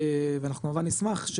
ואנחנו כמובן נשמח,